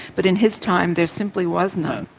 but in his time there simply was none.